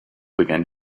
began